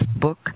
book